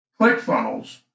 ClickFunnels